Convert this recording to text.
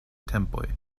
tempoj